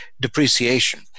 depreciation